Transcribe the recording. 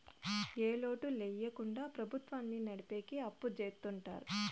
ఏ లోటు ల్యాకుండా ప్రభుత్వాన్ని నడిపెకి అప్పు చెత్తుంటారు